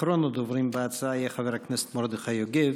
אחרון הדוברים בהצעה יהיה חבר הכנסת מרדכי יוגב.